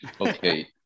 okay